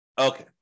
Okay